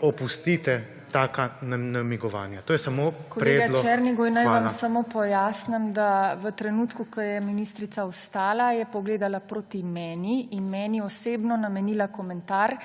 opustite taka namigovanja. To je samo predlog. Hvala. **PODPREDSEDNICA TINA HEFERLE:** Kolega Černigoj, naj vam samo pojasnim, da v trenutku, ko je ministrica vstala, je pogledala proti meni in meni osebno namenila komentar,